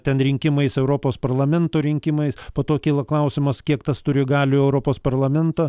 ten rinkimais europos parlamento rinkimais po to kyla klausimas kiek tas turi galių europos parlamentą